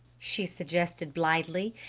she suggested blithely,